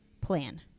plan